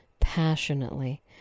passionately